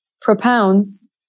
propounds